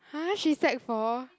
!huh! she sec four